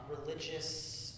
religious